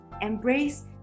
embrace